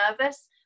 nervous